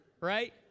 right